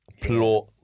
plot